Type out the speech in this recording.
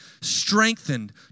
strengthened